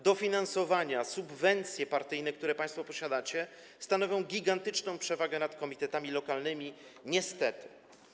Dofinansowania, subwencje partyjne, które państwo posiadacie, stanowią o gigantycznej przewadze nad komitetami lokalnymi, niestety.